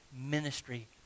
ministry